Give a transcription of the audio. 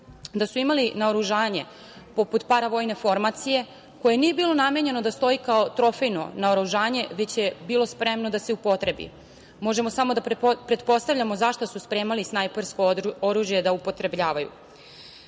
Da su imali naoružanje poput paravojne formacije koje nije bilo namenjeno da stoji kao trofejno naoružanje, već je bilo spremno da se upotrebi. Možemo samo da pretpostavljamo za šta su spremali snajpersko oružje da upotrebljavaju. Takođe,